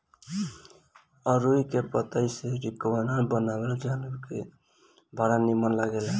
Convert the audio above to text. अरुई के पतई से रिकवच बनेला जवन की बड़ा निमन लागेला